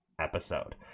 episode